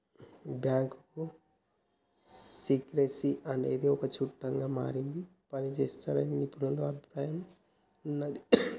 bank secrecy అనేది ఒక చట్టం మాదిరిగా పనిజేస్తాదని నిపుణుల అభిప్రాయం ఉన్నాది